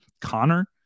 Connor